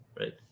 right